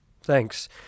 Thanks